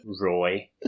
Roy